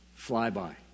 flyby